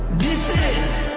this is